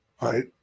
right